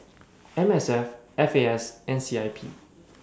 MSF FAS and CIP